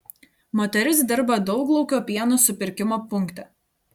moteris dirba dauglaukio pieno supirkimo punkte